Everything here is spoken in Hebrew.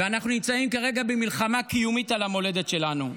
ואנחנו נמצאים כרגע במלחמה קיומית על המולדת שלנו,